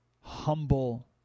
humble